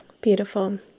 Beautiful